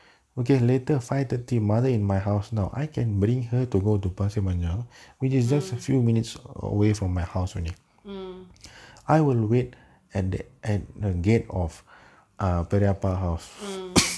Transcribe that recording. mm mm mm